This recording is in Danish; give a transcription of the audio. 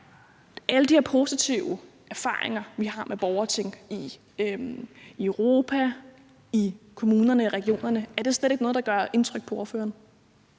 alle de her positive erfaringer, som vi har med borgerting i Europa og i kommunerne og regionerne, slet ikke er noget, der gør indtryk på ordføreren.